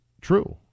true